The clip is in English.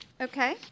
Okay